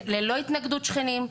ללא התנגדות שכנים,